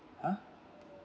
!huh!